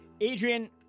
Adrian